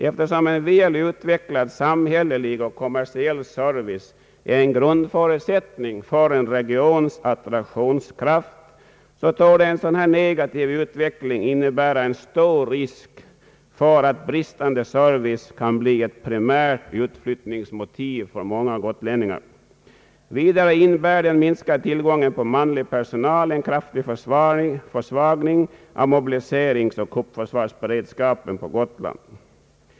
Eftersom en väl utvecklad samhällelig och kommersiell service är en grundförutsättning för en regions attraktionskraft torde en sådan här negativ utveckling innebära en stor risk för att bristande service kan bli ett primärt utflyttningsmotiv för många gotlänningar. Vidare innebär den minskade tillgången på manlig personal en kraftig försvagning av mobiliseringsoch kuppförsvarsberedskapen på Gotland.